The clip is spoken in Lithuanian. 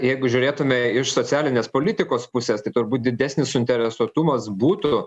jeigu žiūrėtume iš socialinės politikos pusės tai turbūt didesnis suinteresuotumas būtų